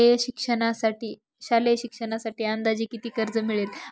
शालेय शिक्षणासाठी अंदाजे किती कर्ज मिळेल?